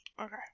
Okay